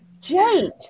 Jade